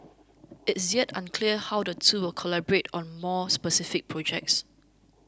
it's yet unclear how the two will collaborate on more specific projects